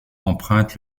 emprunte